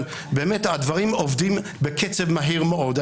אבל באמת הדברים עובדים בקצב מהיר מאוד.